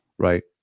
Right